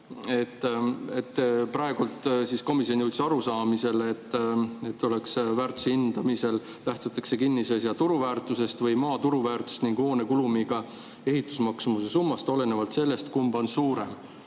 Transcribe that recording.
Praegu jõudis komisjon arusaamisele, et väärtuse hindamisel lähtutakse kinnisasja turuväärtusest või maa turuväärtuse ning hoone kulumiga ehitusmaksumuse summast, olenevalt sellest, kumb on suurem.